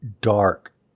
dark